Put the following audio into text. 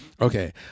Okay